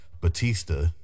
Batista